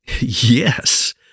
Yes